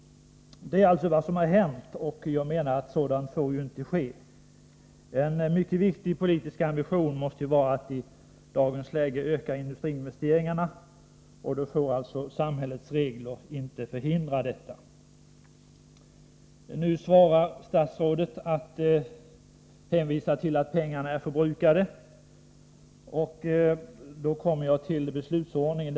Detta är alltså vad som har hänt, och jag menar att sådant inte får ske. En mycket viktig politisk ambition måste i dagens läge vara att öka industriinvesteringarna. Då får samhällets regler inte förhindra detta. Statsrådet svarar med att hänvisa till att pengarna är förbrukade. Jag kommer då in på frågan om beslutsordningen.